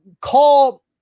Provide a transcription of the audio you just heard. call